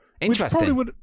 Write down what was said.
interesting